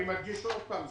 אני מדגיש שוב,